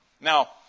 Now